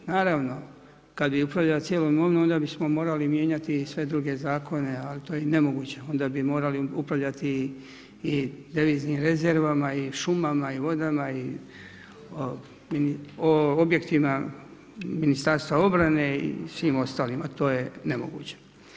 Naravno kad bi upravljali cijelom imovinom onda bismo morali mijenjati i sve druge zakone ali to je nemoguće, onda bi morali upravljati i deviznim rezervama i šumama i vodama i objektivna ministarstva obrane i svim ostalima a to je nemoguće.